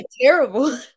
terrible